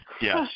Yes